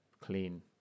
clean